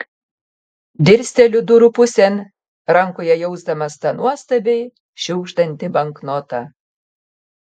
dirsteliu durų pusėn rankoje jausdamas tą nuostabiai šiugždantį banknotą